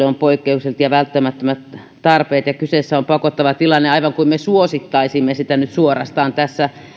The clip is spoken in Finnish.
on poikkeukselliset ja välttämättömät tarpeet ja kyseessä on pakottava tilanne aivan kuin me suosittaisimme sitä nyt suorastaan tässä